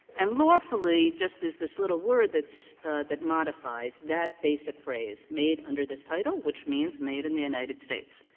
and lawfully, just as this little word that's that modifies that basic phrase, made under this title, which means made in the united states.